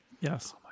Yes